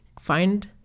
find